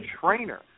trainer